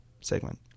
segment